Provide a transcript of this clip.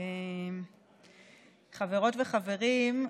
חברות וחברים,